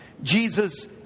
Jesus